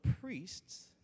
priests